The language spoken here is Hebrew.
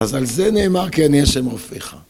אז על זה נאמר כי אני ה' רופאיך.